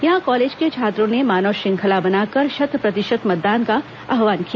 यहां कॉलेज के छात्रों ने मानव श्रृंखला बनाकर शत प्रतिशत मतदान का आव्हान किया